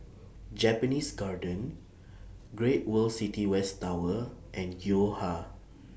Japanese Garden Great World City West Tower and Yo Ha